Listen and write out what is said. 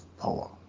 power